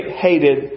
hated